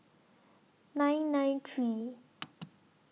nine nine three